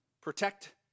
protect